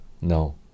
No